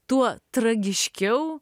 tuo tragiškiau